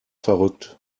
verrückt